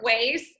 ways